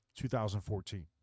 2014